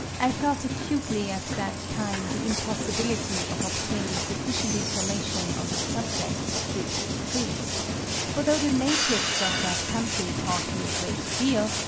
i felt acutely at that time the impossibility of obtaining sufficient information on the subjects of which it treats for though the natives of that country taught me a great deal,